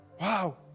wow